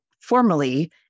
formally